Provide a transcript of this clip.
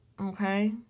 okay